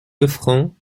lefranc